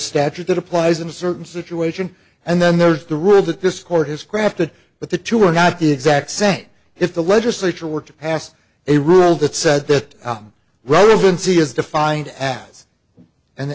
statute that applies in a certain situation and then there's the rule that this court has crafted but the two are not the exact same if the legislature were to pass a rule that said that relevancy is defined as and